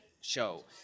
show